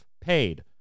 paid